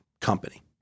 company